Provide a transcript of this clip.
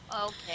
okay